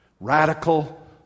Radical